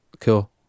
Cool